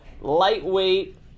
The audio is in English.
lightweight